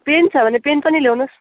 pain छ भने pen पनि ल्याउनुहोस्